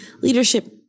leadership